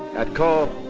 at caen,